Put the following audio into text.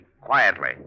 Quietly